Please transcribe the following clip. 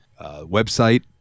website